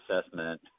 assessment